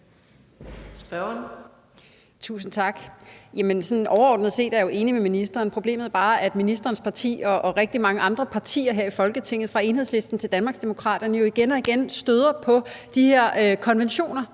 Tusind tak. Sådan overordnet set er jeg jo enig med ministeren. Problemet er bare, at ministerens parti og rigtig mange andre partier her i Folketinget, fra Enhedslisten til Danmarksdemokraterne, igen og igen støder på de her konventioner,